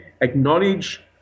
acknowledge